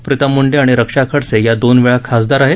प्रितम मुंडे आणि रक्षा खडसे या दोनवेळा खासदार आहेत